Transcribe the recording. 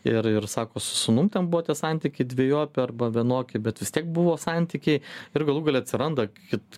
ir ir sako su sūnum ten buvo santykiai dvejopi arba vienoki bet vis tiek buvo santykiai ir galų gale atsiranda kit